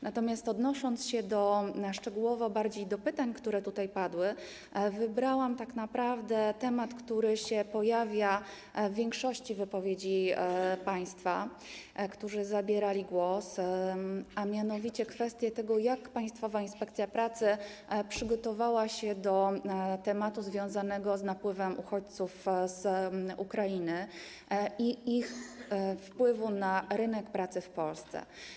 Natomiast odnosząc się bardziej szczegółowo do pytań, które tutaj padły, wybrałam tak naprawdę temat, który się pojawia w większości wypowiedzi państwa, którzy zabierali głos, a mianowicie kwestię tego, jak Państwowa Inspekcja Pracy przygotowała się do napływu uchodźców z Ukrainy i ich wpływu na rynek pracy w Polsce.